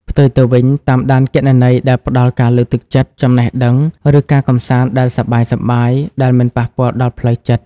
ផ្ទុយទៅវិញ តាមដានគណនីដែលផ្តល់ការលើកទឹកចិត្ត ចំណេះដឹង ឬការកម្សាន្តដែលសប្បាយៗដែលមិនប៉ះពាល់ដល់ផ្លូវចិត្ត។